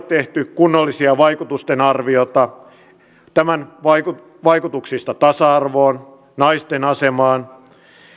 tehty kunnollisia vaikutusten arviointia tämän vaikutuksista vaikutuksista tasa arvoon naisten asemaan